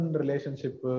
relationship